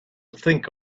think